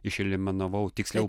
išeliminavau tiksliau